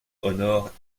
honore